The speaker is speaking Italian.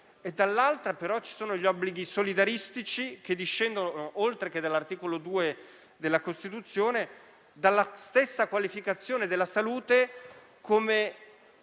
dall'altra, però, ci sono gli obblighi solidaristici che discendono, oltre che dall'articolo 2 della Costituzione, dalla stessa qualificazione della salute come